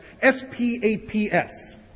S-P-A-P-S